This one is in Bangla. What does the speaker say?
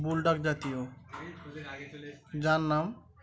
বুলডগ জাতীয় যার নাম